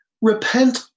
Repent